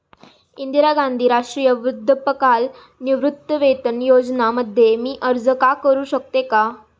इंदिरा गांधी राष्ट्रीय वृद्धापकाळ निवृत्तीवेतन योजना मध्ये मी अर्ज का करू शकतो का?